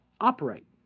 operate